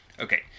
Okay